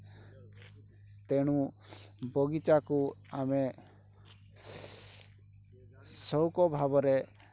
ତେଣୁ ବଗିଚାକୁ ଆମେ ସଉକଭାବରେ